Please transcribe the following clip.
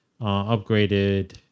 upgraded